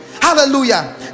Hallelujah